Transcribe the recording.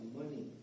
money